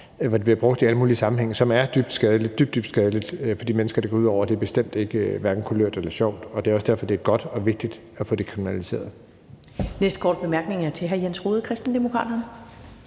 hvor identiteter bliver brugt i alle mulige sammenhænge, og det er dybt skadeligt – dybt, dybt skadeligt – for de mennesker, det går ud over. Det er bestemt ikke kulørt eller sjovt, og det er også derfor, det er godt og vigtigt at få det kriminaliseret. Kl. 13:42 Første næstformand (Karen